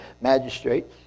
magistrates